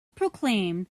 proclaimed